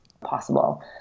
possible